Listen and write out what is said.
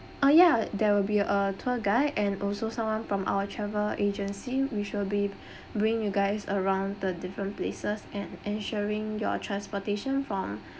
uh ya there will be a tour guide and also someone from our travel agency we shall be bring you guys around the different places and ensuring your transportation from